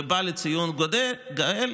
ובא לציון גואל.